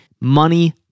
Money